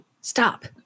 stop